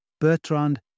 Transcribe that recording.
Bertrand